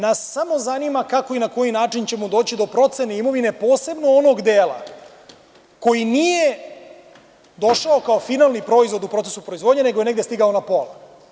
Nas samo zanima kako i na koji način ćemo doći do procene imovine, posebno onog dela koji nije došao kao finalni proizvod u procesu proizvodnje, nego je negde stigao na pola?